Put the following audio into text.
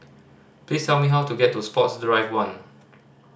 please tell me how to get to Sports Drive One